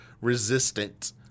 resistant